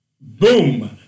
Boom